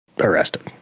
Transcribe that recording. arrested